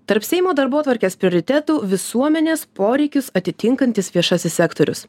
tarp seimo darbotvarkės prioritetų visuomenės poreikius atitinkantis viešasis sektorius